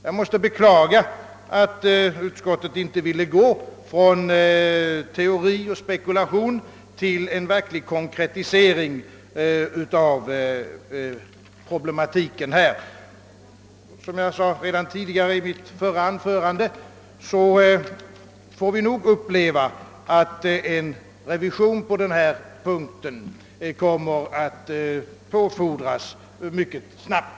Jag måste beklaga, att utskottet inte ville gå från teori och spekulation till en verklig konkretisering av problematiken. Som jag nämnde redan i mitt förra anförande får vi nog uppleva, att en revision på denna punkt kommer att påfordras mycket snabbt.